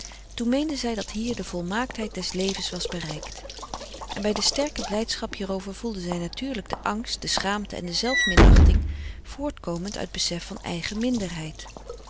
meende zij dat hier de volmaaktheid des levens was bereikt en bij de sterke blijdschap hierover voelde zij natuurlijk de angst de schaamte en de zelf minachting voortkomend uit besef van eigen minderheid